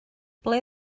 ble